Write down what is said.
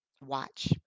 watch